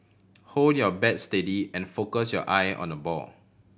hold your bat steady and focus your eye on the ball